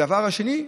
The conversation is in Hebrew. הדבר השני,